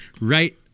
right